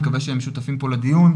אני מקווה שהם שותפים פה לדיון.